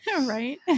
Right